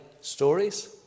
stories